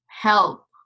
help